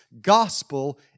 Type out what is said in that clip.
gospel